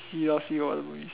see lor see got what movies